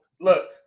look